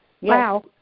wow